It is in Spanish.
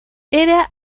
era